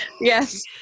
Yes